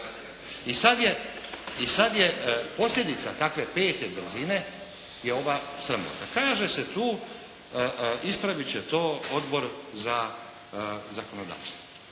sada je posljedica takve pete brzine je ova sramote. Kaže se tu, ispraviti će to Odbor za zakonodavstvo.